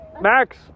Max